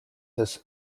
his